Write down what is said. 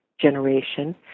generation